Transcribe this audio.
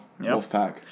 Wolfpack